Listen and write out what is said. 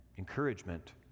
Encouragement